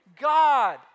God